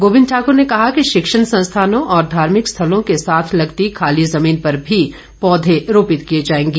गोविंद ठाकुर ने कहा कि शिक्षण संस्थानों और धार्मिक स्थलों के साथ लगती खाली जमीन पर भी पौधे रोपित किए जाएंगे